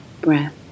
breath